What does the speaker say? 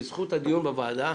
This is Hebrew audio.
בזכות הדיון בוועדה,